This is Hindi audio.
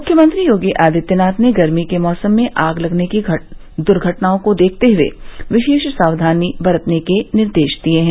मुख्यमंत्री योगी आदित्यनाथ ने गर्मी के मौसम में आग लगने की दुर्घटनाओं को देखते हुए विशेष सावधानी बरतने के निर्देश दिये हैं